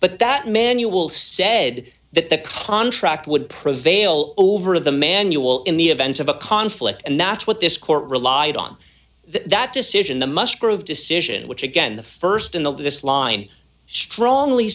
but that manual said that the contract would prevail over the manual in the event of a conflict and that's what this court relied on that decision the musgrave decision which again the st in the this line strongly